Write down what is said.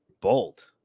bold